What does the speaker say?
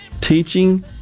teaching